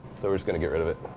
so we're just gonna get rid of it.